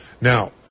Now